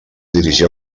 dirigir